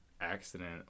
accident